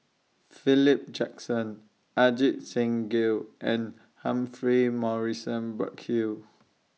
Philip Jackson Ajit Singh Gill and Humphrey Morrison Burkill